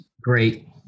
Great